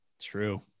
True